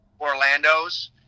Orlando's